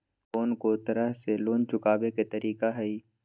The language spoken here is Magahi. कोन को तरह से लोन चुकावे के तरीका हई?